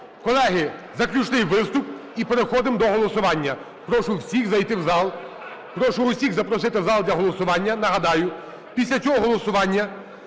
Колеги, заключний виступ, і переходимо до голосування. Прошу всіх зайти в зал, прошу всіх запросити в зал для голосування. Нагадаю, після цього голосування